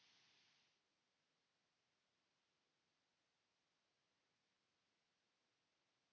kiitos.